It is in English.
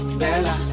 bella